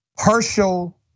Herschel